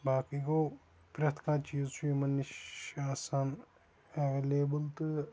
باقٕے گوٚو پرٛٮ۪تھ کانٛہہ چیٖز چھُ یِمَن نِش آسان ایویلیبٕل تہٕ